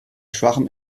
schwachem